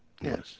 Yes